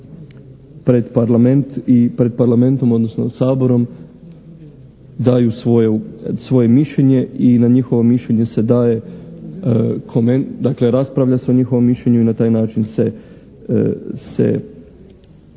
pred parlamentom, odnosno Saborom daju svoje mišljenje i na njihovo mišljenje se daje, dakle, raspravlja se o njihovom mišljenju i na taj način se